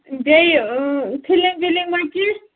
بیٚیہِ فِلِنٛگ وِلِنٛگ ما کینٛہہ